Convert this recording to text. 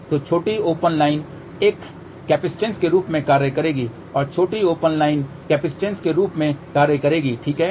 तो छोटी open line एक कैपेसिटेंस के रूप में कार्य करेगी और छोटी ओपन लाइन कैपेसिटेंस के रूप में कार्य करेगी ठीक है